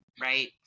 right